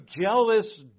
jealous